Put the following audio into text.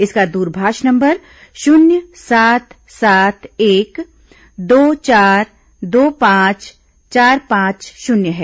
इसका दूरभाष नंबर शून्य सात सात एक दो चार दो पांच चार पांच शून्य है